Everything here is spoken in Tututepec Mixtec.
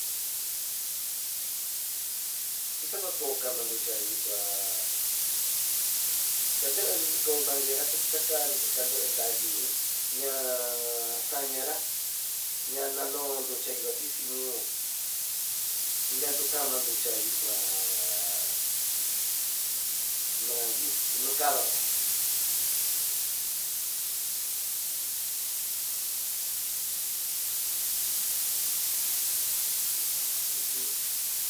Tuxamankoka takuixha yuu hua kanduu kan manquera, akaxakan kanduu yanduvii ña'a xañanrá ña'a nandó nduu che'e igua tixii ñuu, chimandukama taxhi tanduchi'a ha mayuu nukavava ¿le sigo?.